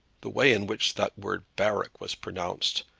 the way in which that word barrack was pronounced,